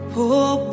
Pull